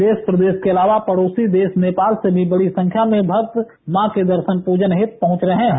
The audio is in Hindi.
देश प्रदेश के अलावा पड़ोसी देश नेपाल से भी बड़ी संख्या में भक्त मां के दर्शन पूजन हेतु पहुंच रहे हैं